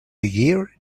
year